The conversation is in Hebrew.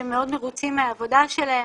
שהם מאוד מרוצים מהעבודה שלהם.